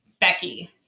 Becky